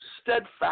steadfast